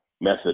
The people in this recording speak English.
method